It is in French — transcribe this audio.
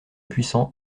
puissant